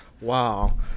Wow